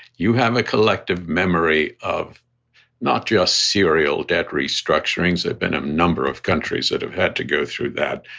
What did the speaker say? you have a collective memory of not just serial debt restructurings. there've been a number of countries that have had to go through that,